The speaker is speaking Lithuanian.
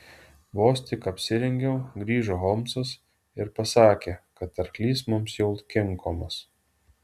vos tik apsirengiau grįžo holmsas ir pasakė kad arklys mums jau kinkomas